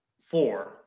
Four